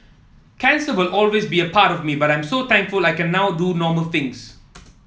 cancer will always be a part me but I am so thankful I can now do normal things